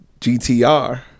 GTR